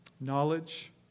Knowledge